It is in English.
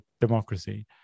democracy